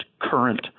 current